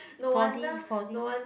four D four D